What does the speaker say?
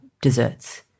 desserts